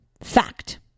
fact